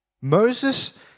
Moses